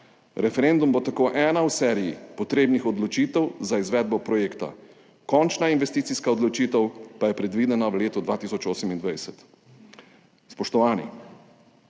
Referendum bo tako ena v seriji potrebnih odločitev za izvedbo projekta. Končna investicijska odločitev pa je predvidena v letu 2028. Spoštovani!